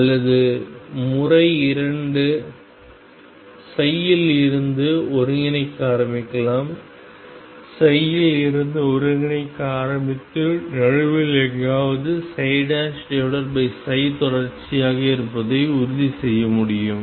அல்லது முறை இரண்டு இல் இருந்து ஒருங்கிணைக்க ஆரம்பிக்கலாம் இல் இருந்து ஒருங்கிணைக்க ஆரம்பித்து நடுவில் எங்காவது தொடர்ச்சியாக இருப்பதை உறுதிசெய்ய முடியும்